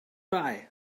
bye